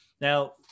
Now